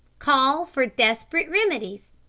call for desperate remedies.